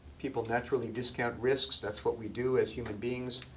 people naturally discount risks, that's what we do as human beings.